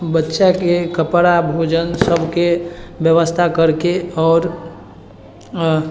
बच्चाके कपड़ा भोजन सबके व्यवस्था करके आओर